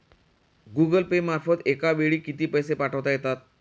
Google Pay मार्फत एका वेळी किती पैसे पाठवता येतात?